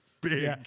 big